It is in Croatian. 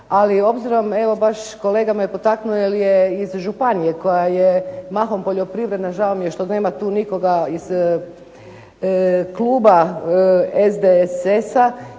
ali obzirom, evo baš kolega me je potaknuo jer je iz županije koja je mahom poljoprivredna, žao mi je što nema tu nikoga iz kluba SDSS-a